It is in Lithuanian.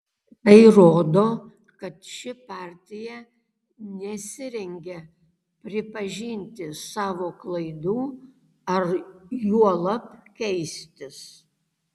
tai rodo kad ši partija nesirengia pripažinti savo klaidų ar juolab keistis